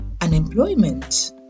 unemployment